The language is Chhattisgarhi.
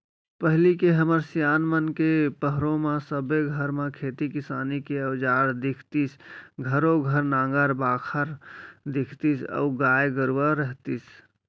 पहिली के हमर सियान मन के पहरो म सबे घर म खेती किसानी के अउजार दिखतीस घरों घर नांगर बाखर दिखतीस अउ गाय गरूवा रहितिस